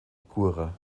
cura